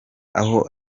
aho